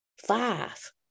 five